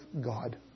God